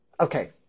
Okay